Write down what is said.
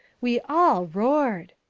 we all roared!